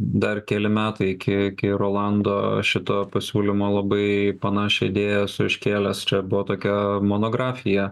dar keli metai iki ki rolando šito pasiūlymo labai panašią idėją esu iškėlęs čia buvo tokia monografija